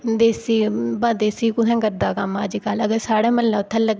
देसी ब देसी कुत्थै करदा कम्म अजकल अगर साढ़ै म्हल्लै उत्थै